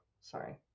Sorry